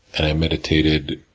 and i meditated